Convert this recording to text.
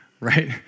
Right